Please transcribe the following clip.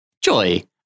joy